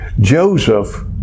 Joseph